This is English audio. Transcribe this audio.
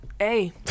Hey